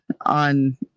on